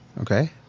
Okay